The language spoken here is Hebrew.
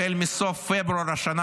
החל מסוף פברואר השנה,